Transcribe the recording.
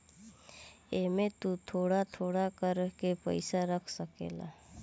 एमे तु थोड़ा थोड़ा कर के पईसा रख सकेल